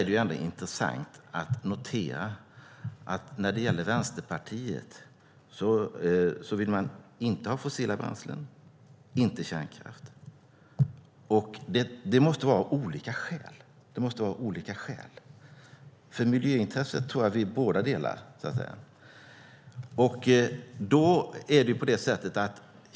Det är intressant att notera att Vänsterpartiet inte vill ha fossila bränslen och inte heller kärnkraft. Det måste vara av olika skäl. Miljöintresset tror jag att vi båda delar.